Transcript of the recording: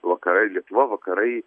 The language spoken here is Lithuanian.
vakarai lietuva vakarai